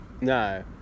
No